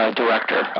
director